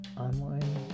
online